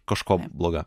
kažkuo bloga